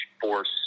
force